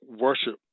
worship